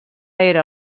era